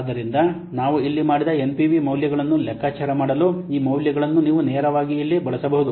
ಆದ್ದರಿಂದ ನಾವು ಇಲ್ಲಿ ಮಾಡಿದ ಎನ್ಪಿವಿ ಮೌಲ್ಯಗಳನ್ನು ಲೆಕ್ಕಾಚಾರ ಮಾಡಲು ಈ ಮೌಲ್ಯಗಳನ್ನು ನೀವು ನೇರವಾಗಿ ಇಲ್ಲಿ ಬಳಸಬಹುದು